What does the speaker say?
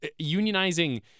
unionizing